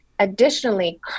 Additionally